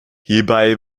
hierbei